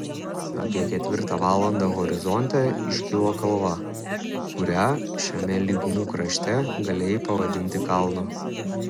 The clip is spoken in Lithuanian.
apie ketvirtą valandą horizonte iškilo kalva kurią šiame lygumų krašte galėjai pavadinti kalnu